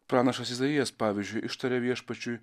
pranašas izaijas pavyzdžiui ištaria viešpačiui